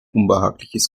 unbehagliches